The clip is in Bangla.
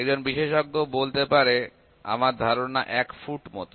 একজন অভিজ্ঞ ব্যক্তি বলতে পারবে তবে আমার ধারণা এটা ১ ফুট মতো